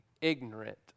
ignorant